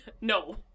No